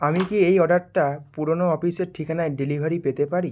আমি কি এই অর্ডারটা পুরনো অফিসের ঠিকানায় ডেলিভারি পেতে পারি